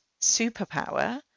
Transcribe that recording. superpower